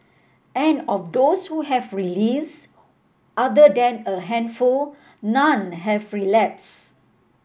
and of those who have release other than a handful none have relapse